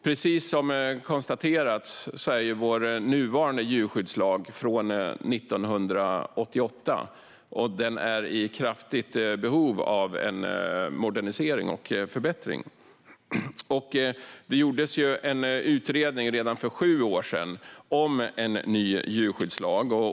Precis som konstaterats är vår nuvarande djurskyddslag från 1988, och den är i stort behov av en modernisering och en förbättring. Det gjordes en utredning redan för sju år sedan om en ny djurskyddslag.